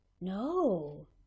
no